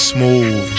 Smooth